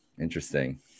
Interesting